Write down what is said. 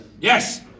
Yes